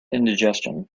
indigestion